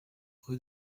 rue